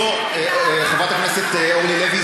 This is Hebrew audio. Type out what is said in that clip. חברת הכנסת אורלי לוי,